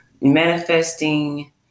manifesting